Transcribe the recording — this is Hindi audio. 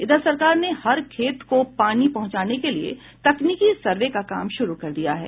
इधर सरकार ने हर खेत को पानी पहुंचाने के लिए तकनीकी सर्वे का काम शुरू कर दिया है